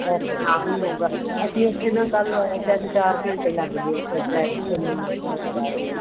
traffic jam ਹੀ ਹੋਊਗਾ ਅਸੀਂ ਉੱਥੇ ਨਾ ਕੱਲ੍ਹ ਤਿੰਨ ਚਾਰ ਘੰਟੇ ਲੱਗ ਗਏ ਉੱਥੇ ਟ੍ਰੈਫਕ ਇੰਨਾ ਹੋਇਆ ਪਿਆ ਸੀਗਾ